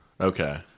Okay